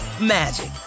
magic